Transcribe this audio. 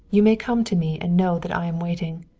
you may come to me and know that i am waiting.